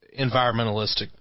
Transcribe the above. environmentalistic